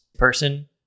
person